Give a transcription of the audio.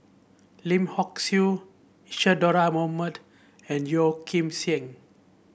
Lim Hock Siew Isadhora Mohamed and Yeo Kim Seng